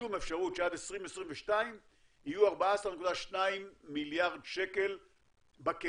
שום אפשרות שעד 2022 יהיו 14.2 מיליארד שקל בקרן,